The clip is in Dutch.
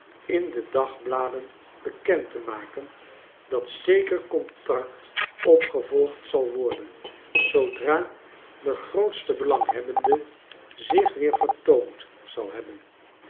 in de dagbladen bekend te maken dat zeker contract opgevolgd zal worden zoodra de grootste belanghebbende zch weer vertoond zal hebben